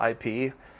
IP